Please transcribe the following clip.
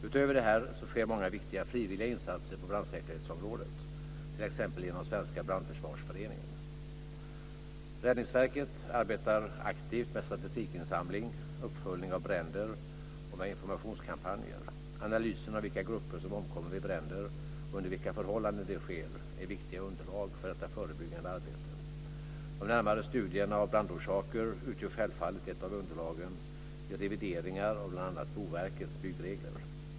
Utöver detta sker många viktiga frivilliga insatser på brandsäkerhetsområdet, t.ex. genom Svenska Räddningsverket arbetar aktivt med statistikinsamling, uppföljning av bränder och informationskampanjer. Analysen av vilka grupper som omkommer vid bränder och under vilka förhållanden det sker är viktiga underlag för det förebyggande arbetet. De närmare studierna av brandorsaker utgör självfallet ett av underlagen vid revideringar av bl.a. Boverkets byggregler.